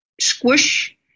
squish